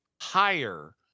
higher